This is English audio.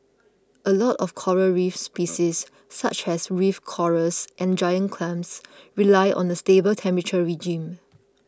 a lot of coral reef species such as reef corals and giant clams rely on a stable temperature regime